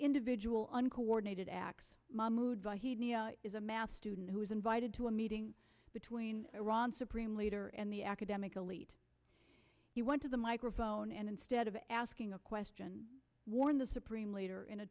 individual on coordinated acts mahmud by he is a math student who was invited to a meeting between iran's supreme leader and the academic elite he went to the microphone and instead of asking a question warned the supreme leader in a